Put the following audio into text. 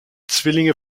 zwillinge